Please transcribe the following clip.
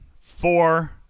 four